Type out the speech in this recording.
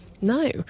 no